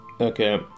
Okay